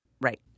Right